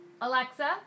Alexa